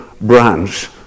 branch